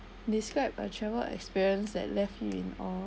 describe a travel experience that left you in awe